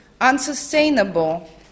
unsustainable